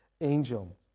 angel